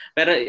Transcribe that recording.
Pero